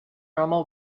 normal